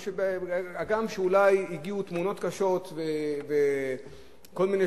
הגם אולי שהגיעו תמונות קשות וכל מיני